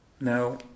Now